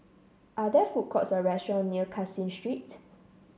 are there food courts or restaurant near Caseen Street